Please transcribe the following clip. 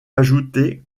ajouter